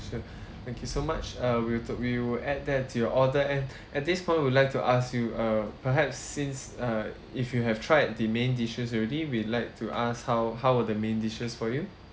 sure thank you so much uh we'll took we will add that to your order and at this point I would like to ask you uh perhaps since uh if you have tried the main dishes already we'd like to ask how how were the main dishes for you